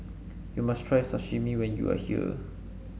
you must try Sashimi when you are here